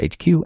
HQ